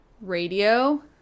radio